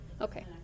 Okay